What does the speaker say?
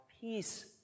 Peace